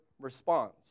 response